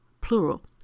plural